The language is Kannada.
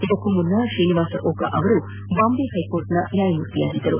ಇದಕ್ಕೂ ಮೊದಲು ಶ್ರೀನಿವಾಸ್ ಓಕಾ ಅವರು ಬಾಂಬೆ ಹೈಕೋರ್ಟ್ನ ನ್ಯಾಯಮೂರ್ತಿಯಾಗಿದ್ದರು